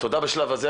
תודה בשלב הזה,